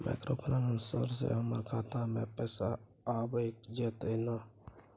Microfinance से हमारा खाता में पैसा आबय जेतै न?